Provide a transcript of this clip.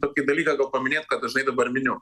tokį dalyką gal paminėt ką dažnai dabar miniu